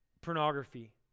Pornography